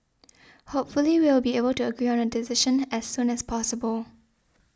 hopefully we will be able to agree on a decision as soon as possible